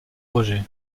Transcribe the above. projet